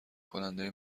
کننده